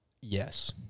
Yes